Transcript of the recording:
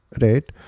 Right